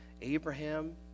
Abraham